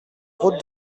route